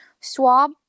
swab